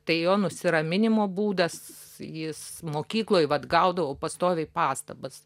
tai jo nusiraminimo būdas jis mokykloj vat gaudavo pastoviai pastabas